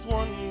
one